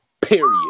Period